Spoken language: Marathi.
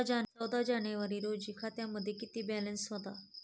चौदा जानेवारी रोजी खात्यामध्ये किती बॅलन्स होता?